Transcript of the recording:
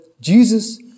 Jesus